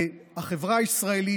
והחברה הישראלית,